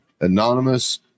Anonymous